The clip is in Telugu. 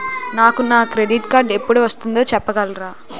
నాకు నా క్రెడిట్ కార్డ్ ఎపుడు వస్తుంది చెప్పగలరా?